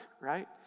right